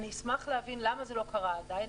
אני אשמח להבין למה זה לא קרה עדיין